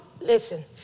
listen